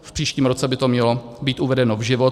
V příštím roce by to mělo být uvedeno v život.